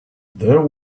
there